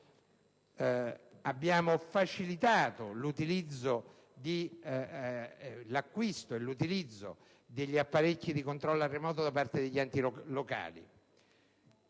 abbiamo facilitato l'acquisto e l'utilizzo degli apparecchi di controllo remoto da parte degli enti locali;